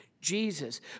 Jesus